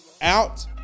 out